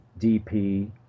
dp